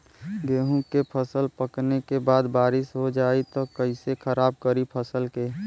गेहूँ के फसल पकने के बाद बारिश हो जाई त कइसे खराब करी फसल के?